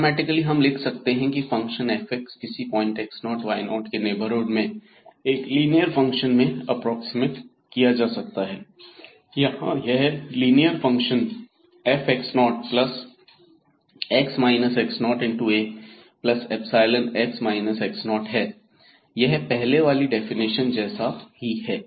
mathematically हम लिख सकते हैं की फंक्शन f किसी पॉइंट x0 y0 के नेबरहुड में एक लीनियर फंक्शन मैं एप्रोक्सीमेट किया जा सकता है यहां यह लीनियर फंक्शन fAϵx x0है यह पहले वाली डेफिनेशन जैसा ही है